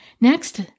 Next